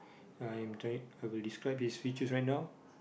I'm trying I will describe his features right now